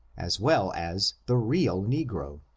as well as the real negro.